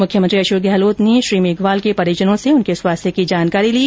मुख्यमंत्री अशोक गहलोत ने मेघवाल के परिजनों से उनके स्वास्थ्य की जानकारी ली